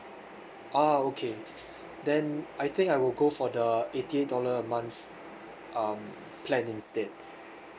ah okay then I think I will go for the eighty eight dollars a month um plan instead